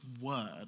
word